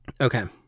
okay